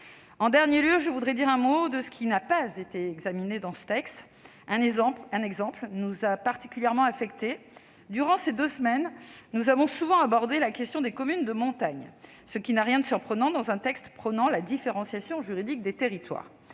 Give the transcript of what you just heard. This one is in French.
En dernier lieu, je voudrais dire un mot de ce qui n'a pas été examiné dans ce texte. Un exemple nous a particulièrement affectés : durant ces deux semaines, nous avons souvent abordé la question des communes de montagne, ce qui n'a rien de surprenant dans un texte prônant la différenciation juridique des territoires.